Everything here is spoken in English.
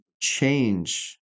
change